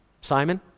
Simon